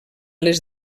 les